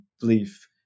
belief